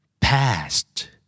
Past